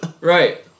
right